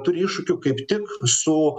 turi iššūkių kaip tik su